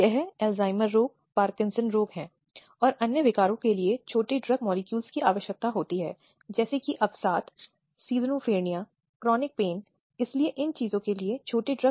दूसरा पहलू या अन्य अंतर जो शायद कोई भी आसानी से समझ सकता है यह है की यह आपराधिक कानून के दायरे में है